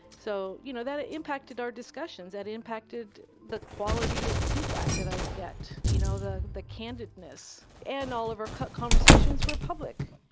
so you know, that ah impacted our discussions, that impacted the quality of feedback that i'd get, you know the the candidness, and all of our conversations were public.